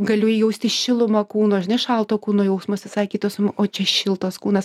galiu jausti šilumą kūno žinai šalto kūno jausmas visai kitas o čia šiltas kūnas